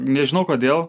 nežinau kodėl